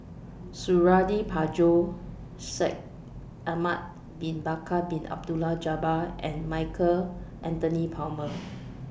Suradi Parjo Shaikh Ahmad Bin Bakar Bin Abdullah Jabbar and Michael Anthony Palmer